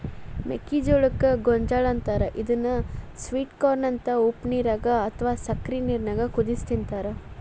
ಮೆಕ್ಕಿಜೋಳಕ್ಕ ಗೋಂಜಾಳ ಅಂತಾರ ಇದನ್ನ ಸ್ವೇಟ್ ಕಾರ್ನ ಅಂತ ಉಪ್ಪನೇರಾಗ ಅತ್ವಾ ಸಕ್ಕರಿ ನೇರಾಗ ಕುದಿಸಿ ತಿಂತಾರ